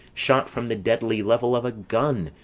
shot from the deadly level of a gun,